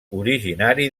originari